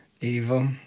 Evil